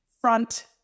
front